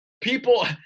People